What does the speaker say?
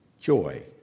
joy